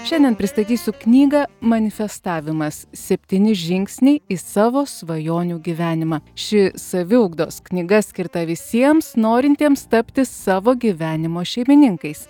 šiandien pristatysiu knygą manifestavimas septyni žingsniai į savo svajonių gyvenimą ši saviugdos knyga skirta visiems norintiems tapti savo gyvenimo šeimininkais